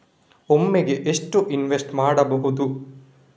ಒಮ್ಮೆಗೆ ಎಷ್ಟು ಇನ್ವೆಸ್ಟ್ ಮಾಡ್ಬೊದು?